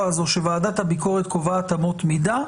הזאת שוועדת הביקורת קובעת אמות מידה,